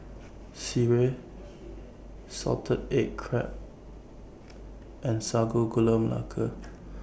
Sireh Salted Egg Crab and Sago Gula Melaka